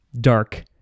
dark